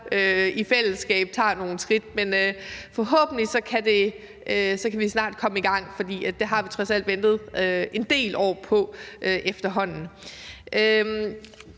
i fællesskab tager nogle skridt. Men forhåbentlig kan vi snart komme i gang, for det har vi trods alt ventet en del år på efterhånden.